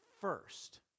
first